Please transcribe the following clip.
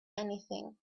anything